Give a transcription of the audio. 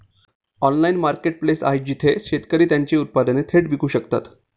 Online marketplace आहे जिथे शेतकरी त्यांची उत्पादने थेट विकू शकतात?